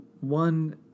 one